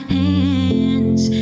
hands